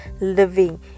living